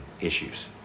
issues